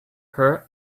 her